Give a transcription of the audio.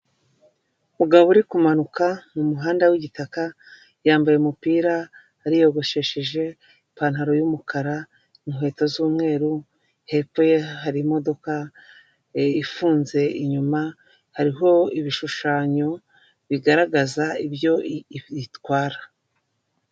Umugabo uri kumanuka mu muhanda w'igitaka yambaye umupira, ariyogoshesheje, ipantaro y'umukara, inkweto z'umweru hepfo ye hari imodoka ifunze inyuma hariho ibishushanyo bigaragaza ibyo itwara.